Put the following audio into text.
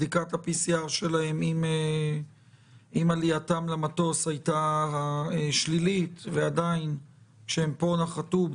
בדיקת ה-PCR שלהם עם עלייתם למטוס הייתה שלילית ועדיין כשהם פה נחתו,